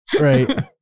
Right